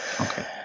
okay